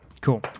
Cool